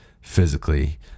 physically